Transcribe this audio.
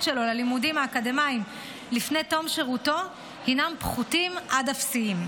שלו ללימודים האקדמיים לפני תום שירותו הינם פחותים עד אפסיים.